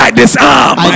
disarm